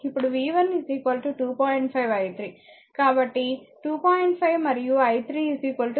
కాబట్టి v0 2 20 40 volt ఇప్పుడు v1 2